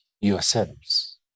yourselves